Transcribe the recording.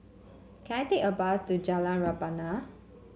can I take a bus to Jalan Rebana